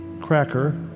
cracker